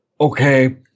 Okay